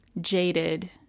jaded